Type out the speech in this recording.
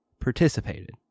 participated